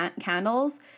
candles